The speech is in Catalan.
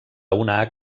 una